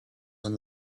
and